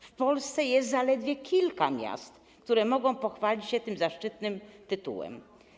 W Polsce jest zaledwie kilka miast, które mogą pochwalić się tym zaszczytnym tytułem.